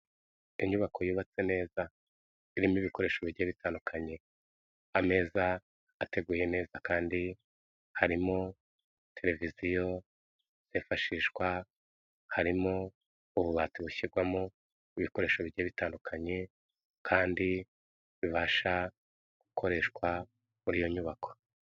Inyubako yubatse neza irimo ibikoresho bigiye bitandukanye, ameza ateguye neza kandi harimo televiziyo yifashishwa, harimo ububati bushyirwamo ibikoresho bigiye bitandukanye kandi bibasha gukoreshwa muri iyo nyubako.